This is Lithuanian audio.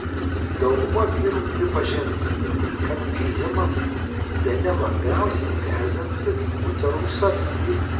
dauguma vyrų pripažins kad zyzimas bene labiausiai erzinanti moterų savybė